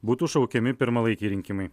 būtų šaukiami pirmalaikiai rinkimai